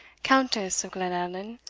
countess of glenallan,